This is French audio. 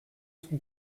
son